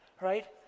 right